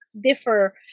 differ